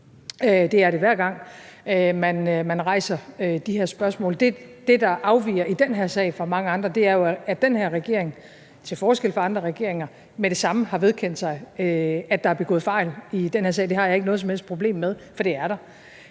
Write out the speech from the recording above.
Det er det, hver gang man rejser de her spørgsmål. Det, der i den her sag afviger fra mange andre sager, er jo, at den her regering til forskel fra andre regeringer med det samme har vedkendt sig, at der er begået fejl i den her sag. Det har jeg ikke noget som helst problem med at sige, for det er der.